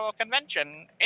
Convention